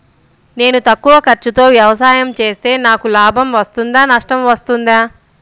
నేను తక్కువ ఖర్చుతో వ్యవసాయం చేస్తే నాకు లాభం వస్తుందా నష్టం వస్తుందా?